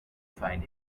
find